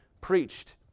preached